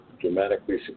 dramatically